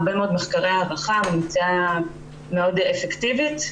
זו תכנית שעברה הרבה מאוד מחקרי הערכה ונמצאה מאוד אפקטיבית,